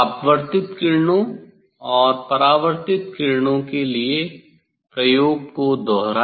अपवर्तित किरणों और परावर्तित किरणों के लिए प्रयोग को दोहराए